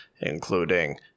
including